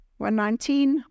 119